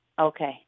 Okay